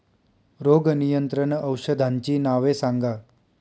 रोग नियंत्रण औषधांची नावे सांगा?